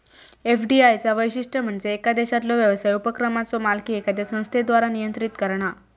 FDI चा वैशिष्ट्य म्हणजे येका देशातलो व्यवसाय उपक्रमाचो मालकी एखाद्या संस्थेद्वारा नियंत्रित करणा